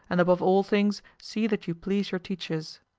and above all things, see that you please your teachers.